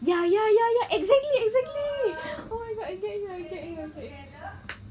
ya ya ya ya exactly exactly oh my god I get you I get you I get you